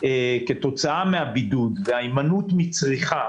כתוצאה מן הבידוד וההימנעות מצריכה